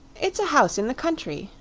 it's a house in the country.